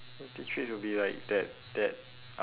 healthy treats will be like that that uh